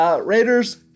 Raiders